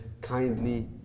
kindly